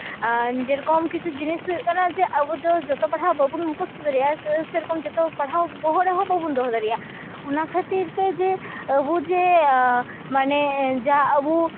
ᱟᱨ ᱡᱮᱨᱚᱠᱚᱢ ᱠᱤᱪᱷᱩ ᱡᱤᱱᱤᱥ ᱦᱩᱭᱩᱜ ᱠᱟᱱᱟ ᱡᱮ ᱟᱵᱚ ᱫᱚ ᱡᱚᱛᱚ ᱯᱟᱲᱦᱟᱣ ᱵᱟᱵᱚᱱ ᱢᱩᱠᱷᱚᱥᱛᱚ ᱫᱟᱲᱮᱭᱟᱜᱼᱟ ᱥᱮᱭ ᱨᱚᱠᱚᱢ ᱡᱚᱛᱚ ᱯᱟᱲᱦᱟᱣ ᱵᱚᱦᱚᱜ ᱨᱮᱦᱚᱸ ᱵᱟᱵᱚᱱ ᱫᱚᱦᱚ ᱫᱟᱲᱮᱭᱟᱜᱼᱟ ᱚᱱᱟ ᱠᱷᱟᱹᱛᱤᱨ ᱛᱮ ᱟᱵᱚ ᱡᱮ ᱢᱟᱱᱮ ᱡᱮ ᱡᱟ ᱟᱵᱚ